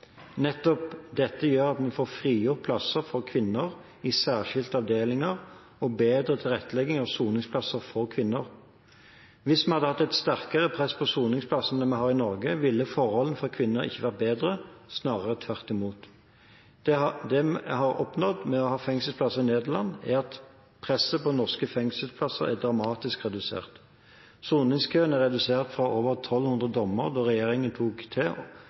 Nettopp dette gjør at vi får frigjort plasser for kvinner i særskilte avdelinger og en bedre tilrettelegging av soningsplasser for kvinner. Hvis vi hadde hatt et sterkere press på soningsplassene vi har i Norge, ville forholdene for kvinner ikke vært bedre – snarere tvert imot. Det vi har oppnådd med å ha fengselsplasser i Nederland, er at presset på norske fengselsplasser er dramatisk redusert. Soningskøen er redusert fra over 1 200 dommer da regjeringen tok over, til